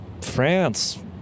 France